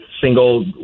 single